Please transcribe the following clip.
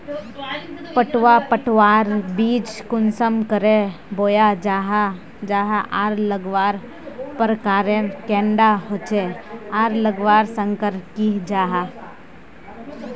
पटवा पटवार बीज कुंसम करे बोया जाहा जाहा आर लगवार प्रकारेर कैडा होचे आर लगवार संगकर की जाहा?